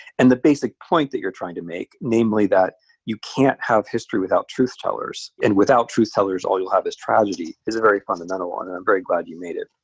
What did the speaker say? and the basic point that you're trying to make, namely that you can't have history without truth tellers, and without truth tellers all you'll have is tragedy, is a very fundamental one. and i'm very glad you made it.